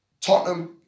Tottenham